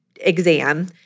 exam